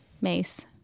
Mace